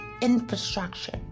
infrastructure